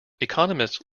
economists